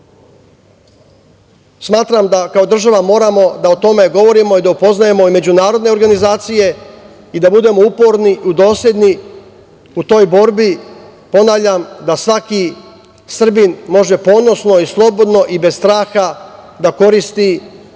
Srbija. Smatram da kao država moramo da o tome govorimo i da upoznajemo i međunarodne organizacije i da budemo uporni i dosledni u toj borbi, ponavljam, da svaki Srbin može ponosno i slobodno i bez straha da koristi srpski